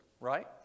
Right